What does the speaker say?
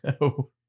No